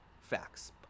Facts